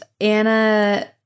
Anna